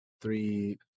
Three